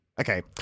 okay